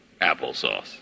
Applesauce